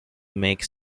make